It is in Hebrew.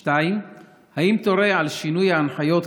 2. האם תורה על שינוי ההנחיות,